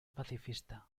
pacifista